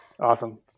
Awesome